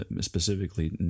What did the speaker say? specifically